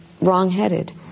wrong-headed